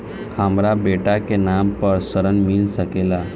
हमरा बेटा के नाम पर ऋण मिल सकेला?